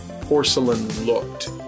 porcelain-looked